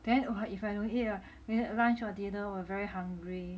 then !wah! if I don't eat uh lunch or dinner !wah! very hungry